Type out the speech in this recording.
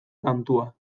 kantua